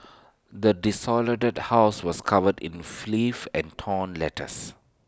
the desolated house was covered in filth and torn letters